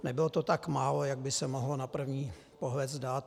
Nebylo to tak málo, jak by se mohlo na první pohled zdát.